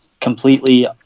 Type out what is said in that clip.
completely